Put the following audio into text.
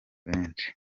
benshi